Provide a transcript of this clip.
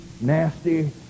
nasty